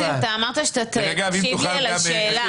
אתה אמרת שאתה תשיב לי על השאלה.